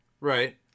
Right